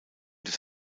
des